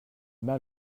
mal